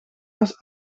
was